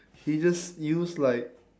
he just used like